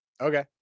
Okay